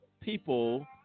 people